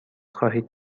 خواهید